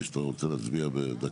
שהוא כרגע לא נמצא.